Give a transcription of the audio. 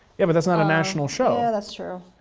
yeah, but that's not a national show. that's true.